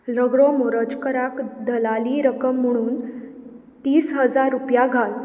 रगडो मोरजकराक दलाली रक्कम म्हुणून तीस हजार रुपया घाल